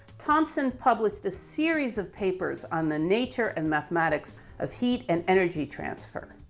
thomson published a series of papers on the nature and mathematics of heat and energy transfer.